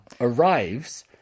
arrives